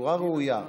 בצורה ראויה,